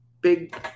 big